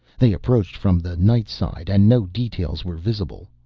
they approached from the night side and no details were visible.